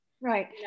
Right